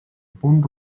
punt